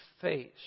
face